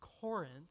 Corinth